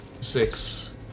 Six